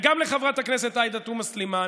וגם לחברת הכנסת עאידה תומא סלימאן